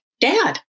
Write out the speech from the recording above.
Dad